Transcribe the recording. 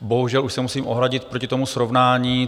Bohužel už se musím ohradit proti tomu srovnání.